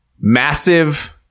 Massive